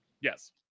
Yes